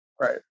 Right